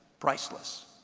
priceless.